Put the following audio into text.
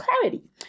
clarity